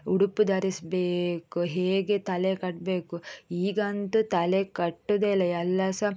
ಉಡುಪು ಧರಿಸಬೇಕು ಹೇಗೆ ತಲೆ ಕಟ್ಟಬೇಕು ಈಗ ಅಂತು ತಲೆ ಕಟ್ಟೋದೆ ಇಲ್ಲ ಎಲ್ಲ ಸಹ